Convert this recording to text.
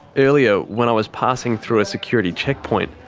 earlier, when i was passing through a security checkpoint,